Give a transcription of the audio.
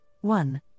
one